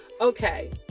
okay